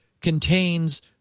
contains